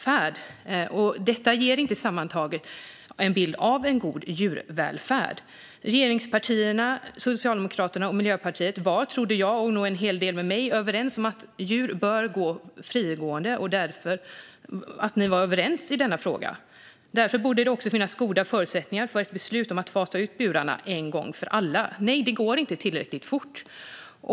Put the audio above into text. Sammantaget ger inte detta en bild av en god djurvälfärd. Regeringspartierna Socialdemokraterna och Miljöpartiet var, trodde jag och nog en hel del med mig, överens om att djur bör vara frigående och därför också var överens i denna fråga. Därför borde det finnas goda förutsättningar för ett beslut om att fasa ut burarna en gång för alla. Det går inte tillräckligt fort.